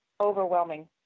overwhelming